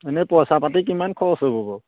এনেই পইচা পাতি কিমান খৰচ হ'ব বাৰু